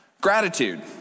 gratitude